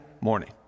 morning